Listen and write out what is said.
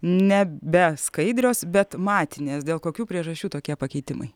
ne be skaidrios bet matinės dėl kokių priežasčių tokie pakeitimai